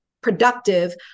productive